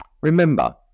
Remember